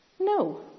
No